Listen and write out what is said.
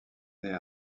naît